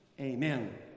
Amen